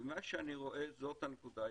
ממה שאני רואה, זו הנקודה העיקרית.